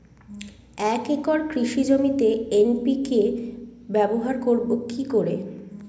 এক একর কৃষি জমিতে এন.পি.কে ব্যবহার করব কি করে?